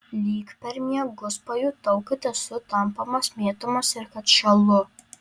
lyg per miegus pajutau kad esu tampomas mėtomas ir kad šąlu